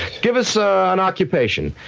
give us ah an occupation.